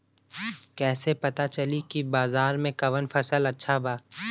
कैसे पता चली की बाजार में कवन फसल अच्छा बा?